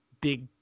big